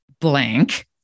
blank